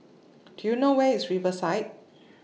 Do YOU know Where IS Riverside